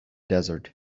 desert